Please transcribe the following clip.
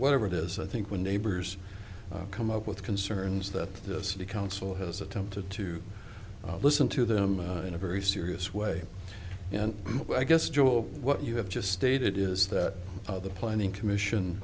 whatever it is i think when neighbors come up with concerns that the city council has attempted to listen to them in a very serious way and i guess what you have just stated is that the planning commission